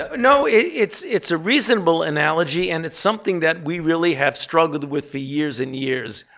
ah no, it's it's a reasonable analogy, and it's something that we really have struggled with for years and years.